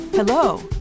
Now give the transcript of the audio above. Hello